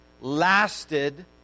lasted